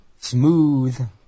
smooth